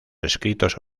escritos